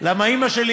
כי אימא שלי,